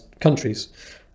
countries